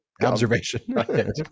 Observation